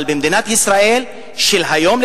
אבל מדינת ישראל של היום,